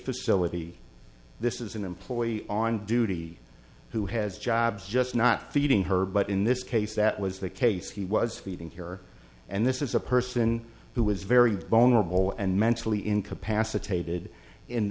facility this is an employee on duty who has jobs just not feeding her but in this case that was the case he was feeding here and this is a person who is very vulnerable and mentally incapacitated in